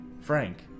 Frank